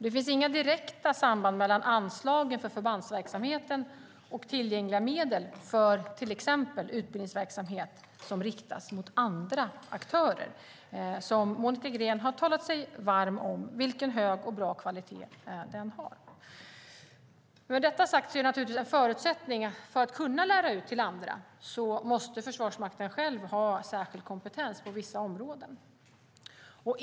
Det finns inga direkta samband mellan anslagen för förbandsverksamheten och tillgängliga medel för till exempel utbildningsverksamhet som riktas mot andra aktörer. Monica Green har talat sig varm om vilken hög och bra kvalitet denna har. Med detta sagt är det en förutsättning att för att kunna lära ut till andra måste Försvarsmakten själv ha särskild kompetens på vissa områden.